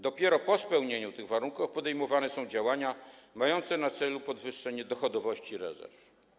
Dopiero po spełnieniu tych warunków podejmowane są działania mające na celu podwyższenie dochodowości rezerw.